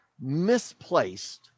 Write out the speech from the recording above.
misplaced